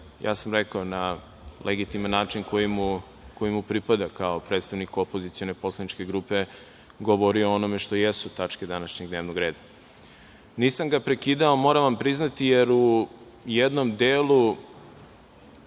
ja sam rekao na legitiman način koji mu pripada kao predstavniku opozicione poslaničke grupe, govorio o onome što jesu tačke današnjeg dnevnog reda. Nisam ga prekidao, moram vam priznati, jer u jednom delu